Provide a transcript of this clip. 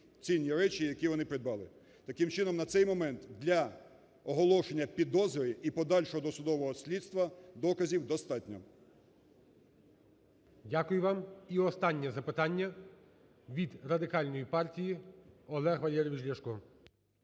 цінні речі, які вони придбали. Таким чином, на цей момент для оголошення підозри і подальшого досудового слідства доказів достатньо. ГОЛОВУЮЧИЙ. Дякую вам. І останнє запитання. Від Радикальної партії Олег Валерійович Ляшко.